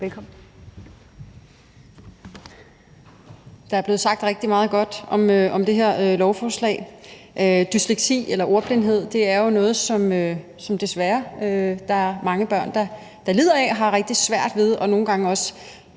Der er blevet sagt rigtig meget godt om det her lovforslag. Dysleksi eller ordblindhed er jo noget, som der desværre er mange børn der lider af, og de har det nogle gange